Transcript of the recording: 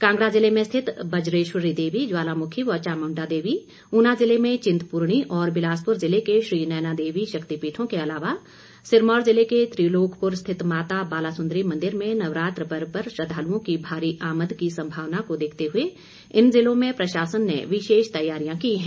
कांगड़ा जिले में स्थित बज्रेश्वरी देवी ज्वालामूखी व चामूंडा देवी ऊना जिले में चिंतपूर्णी और बिलासपूर जिले के श्री नयना देवी शक्तिपीठों के अलावा सिरमौर जिले के त्रिलोकपुर स्थित माता बालासुन्दरी मंदिर में नवरात्र पर्व पर श्रद्धालुओं की भारी आमद की संभावना देखते हुए इन ज़िलों में प्रशासन ने विशेष तैयारियां की हैं